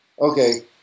Okay